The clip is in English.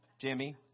Jimmy